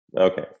Okay